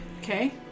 Okay